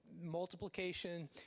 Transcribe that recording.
multiplication